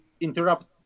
interrupt